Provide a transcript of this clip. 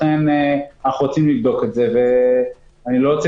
לכן אנחנו רוצים לבדוק את זה ואני לא רוצה